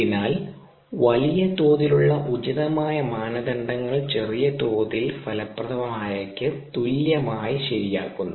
അതിനാൽ വലിയ തോതിലുള്ള ഉചിതമായ മാനദണ്ഡങ്ങൾ ചെറിയ തോതിൽ ഫലപ്രദമായവയ്ക്ക് തുല്യമായി ശരിയാക്കുന്നു